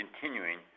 continuing